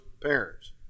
parents